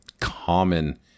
common